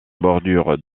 bordure